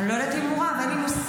אני לא יודעת אם הוא רב, אין לי מושג.